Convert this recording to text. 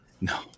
no